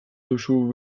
duzu